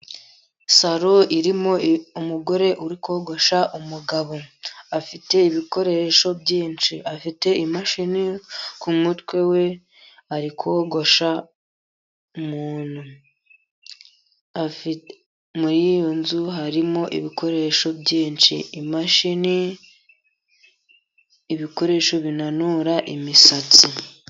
Salo irimo umugore uri kogosha umugabo. Afite ibikoresho byinshi, afite imashini ku mutwe we, ari kogosha. Muri iyo nzu harimo ibikoresho byinshi; imashini, n’ibikoresho binanura imisatsi.